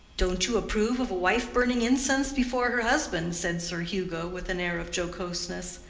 don't you approve of a wife burning incense before her husband? said sir hugo, with an air of jocoseness.